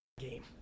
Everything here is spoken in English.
game